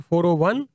401